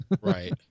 Right